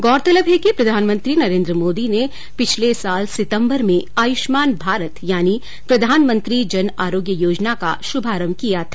गौरतलब है कि प्रधानमंत्री नरेन्द्र मोदी ने पिछले साल सितम्बर में आयुष्मान भारत यानी प्रधानमंत्री जन आरोग्य योजना का शुभारंभ किया था